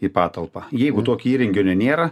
į patalpą jeigu tokio įrenginio nėra